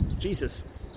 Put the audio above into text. Jesus